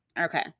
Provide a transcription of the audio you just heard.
Okay